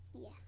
Yes